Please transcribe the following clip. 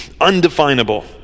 undefinable